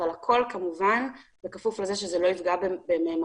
אבל הכול כמובן בכפוף לזה שזה לא יפגע במהימנות